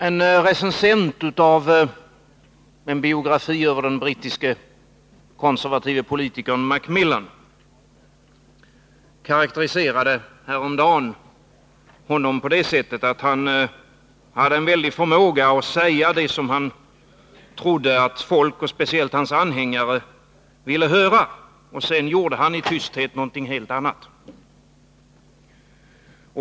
En recensent av en biografi över den brittiske konservative politikern Macmillan karakteriserade häromdagen Macmillan på det sättet, att han hade en väldig förmåga att säga det han trodde att folk, speciellt hans anhängare, ville höra, men sedan gjorde han i tysthet någonting helt annat.